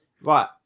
right